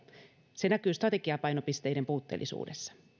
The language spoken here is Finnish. se näkyy strategiapainopisteiden puutteellisuudessa